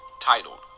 titled